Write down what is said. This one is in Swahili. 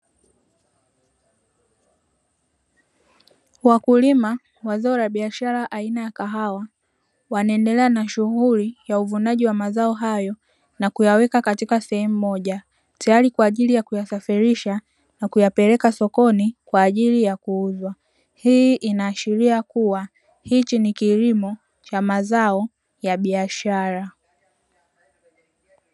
Wakulima wa zao la biashara aina ya kahawa, wanaendelea na shughuli ya uvunaji wa mazao hayo na kuyaweka katika sehemu moja, tayari kwa ajili ya kuyasafirisha na kuyapeleka sokoni kwa ajili ya kuuzwa. Hii inaashiria kuwa hichi ni kilimo cha mazao ya biashara.